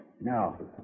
No